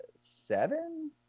Seven